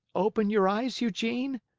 open your eyes, eugene?